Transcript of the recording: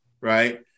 right